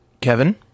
Kevin